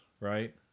right